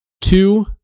two